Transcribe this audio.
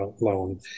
loan